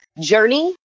journey